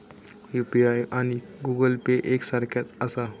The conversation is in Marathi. यू.पी.आय आणि गूगल पे एक सारख्याच आसा?